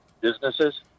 businesses